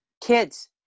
kids